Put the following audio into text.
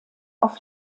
auf